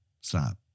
stop